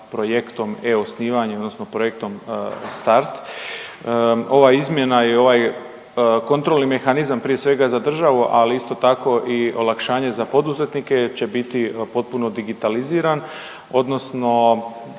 e-osnivanje odnosno projektom Start. Ova izmjena i ovaj kontrolni mehanizam prije svega za državu, ali isto tako i olakšanje za poduzetnike će biti potpuno digitaliziran odnosno